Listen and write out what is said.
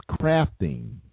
crafting